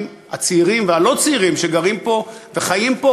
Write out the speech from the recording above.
הצעירים והלא-צעירים שגרים פה וחיים פה,